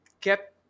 kept